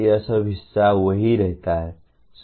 यह सब हिस्सा वही रहता है